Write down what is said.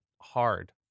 hard